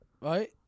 Right